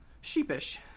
sheepish